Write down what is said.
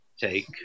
take